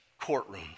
courtrooms